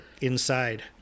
inside